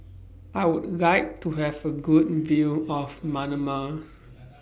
I Would like to Have A Good View of Manama